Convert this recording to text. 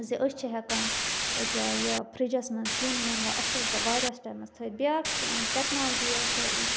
زِ أسۍ چھِ ہٮ۪کان أکیٛاہ یہِ فرٛجَس منٛز سیُن ویُن وۅنۍ اَصٕل پٲٹھۍ واریاہَس ٹایمَس تھٔاوِتھ بیٚاکھ ٹیکنالجی یۄسہٕ